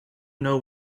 know